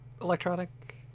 electronic